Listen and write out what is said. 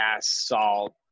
salt